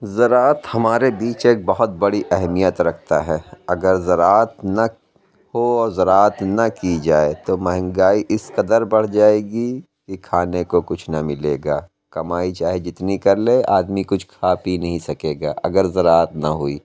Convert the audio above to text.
زراعت ہمارے بیچ ایک بہت بڑی اہمیت رکھتا ہے اگر زراعت نہ ہو اور زراعت نہ کی جائے تو مہنگائی اِس قدر بڑھ جائے گی کہ کھانے کو کچھ نہ ملے گا کمائی چاہے جتنی کر لے آدمی کچھ کھا پی نہیں سکے گا اگر زراعت نہ ہوئی